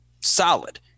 solid